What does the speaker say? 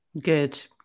Good